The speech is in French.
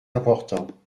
importants